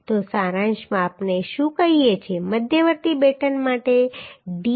તો સારાંશમાં આપણે શું કહી શકીએ કે મધ્યવર્તી બેટન માટે d એ 0